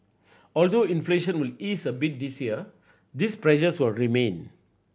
although inflation will ease a bit this year these pressures will remain